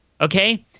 Okay